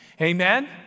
Amen